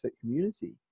community